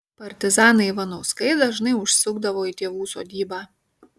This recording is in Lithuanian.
partizanai ivanauskai dažnai užsukdavo į tėvų sodybą